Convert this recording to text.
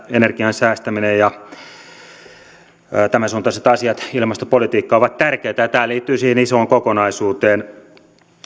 energian säästäminen ja tämän suuntaiset asiat ilmastopolitiikka ovat tärkeitä ja tämä liittyy siihen isoon kokonaisuuteen